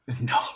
No